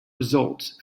results